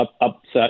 upset